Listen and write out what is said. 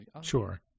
Sure